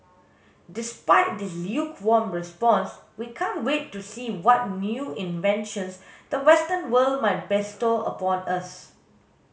despite this lukewarm response we can't wait to see what new inventions the western world might bestow upon us